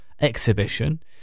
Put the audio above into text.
exhibition